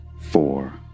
four